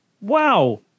Wow